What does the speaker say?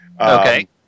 Okay